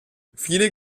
viele